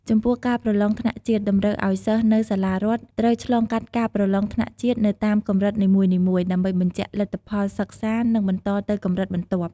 ចំពោះការប្រឡងថ្នាក់ជាតិ តម្រូវឲ្យសិស្សនៅសាលារដ្ឋត្រូវឆ្លងកាត់ការប្រឡងថ្នាក់ជាតិនៅតាមកម្រិតនីមួយៗ ដើម្បីបញ្ជាក់លទ្ធផលសិក្សា និងបន្តទៅកម្រិតបន្ទាប់។